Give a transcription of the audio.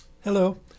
Hello